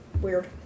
Weird